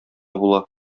була